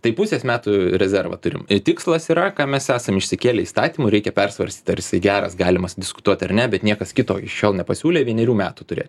tai pusės metų rezervą turim tai tikslas yra ką mes esam išsikėlę įstatymu reikia persvarstyt ar jisai geras galimas diskutuot ar ne bet niekas kito iki šiol nepasiūlė vienerių metų turėt